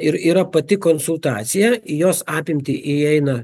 ir yra pati konsultacija jos apimtį įeina